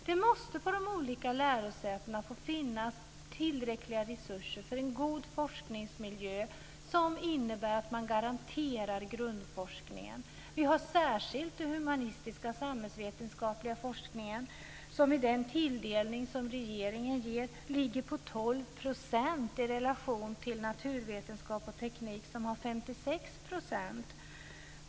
Det måste på de olika lärosätena få finnas tillräckliga resurser för en god forskningsmiljö som innebär att man garanterar grundforskningen. Vi har särskilt den humanistiska och samhällsvetenskapliga forskningen som med den tilldelning som regeringen ger ligger på 12 % i relation till naturvetenskap och teknik som har 56 %.